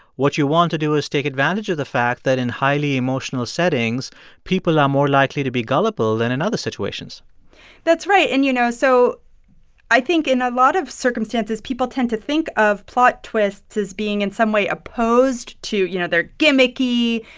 what you want to do is take advantage of the fact that in highly emotional settings people are more likely to be gullible than in other situations that's right. and, you know, so i think in a lot of circumstances people tend to think of plot twists as being in some way opposed to you know, they're gimmicky.